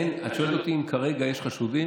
את שואלת אותי אם כרגע יש חשודים?